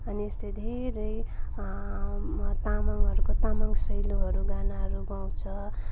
अनि यस्तै धेरै तामङहरूको तामाङ सेलोहरू गानाहरू गाउँछ